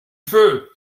feu